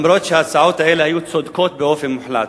אפילו שההצעות האלה היו צודקות באופן מוחלט.